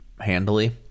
handily